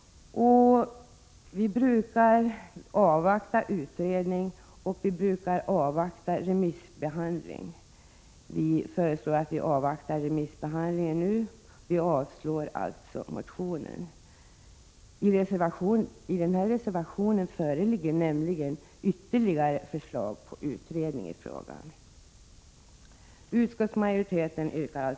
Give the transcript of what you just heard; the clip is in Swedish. Vi brukar avvakta utredning, och vi brukar avvakta remissbehandling. Utskottsmajoriteten föreslår att vi nu avvaktar remissbehandlingen. I reservation nr 2 föreslås ytterligare utredning i frågan.